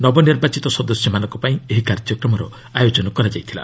ନବନିର୍ବାଚିତ ସଦସ୍ୟମାନଙ୍କ ପାଇଁ ଏହି କାର୍ଯ୍ୟକ୍ରମର ଆୟୋଜନ କରାଯାଇଛି